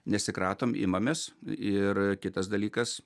nesikratom imamės ir kitas dalykas